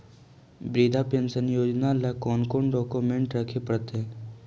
वृद्धा पेंसन योजना ल कोन कोन डाउकमेंट रखे पड़तै?